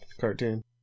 cartoon